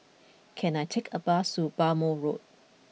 can I take a bus Bhamo Road